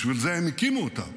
בשביל זה הם הקימו אותם,